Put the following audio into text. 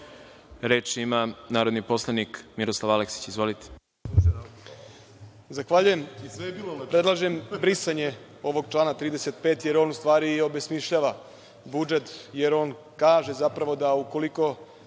podneo narodni poslanik Miroslav Aleksić. Izvolite.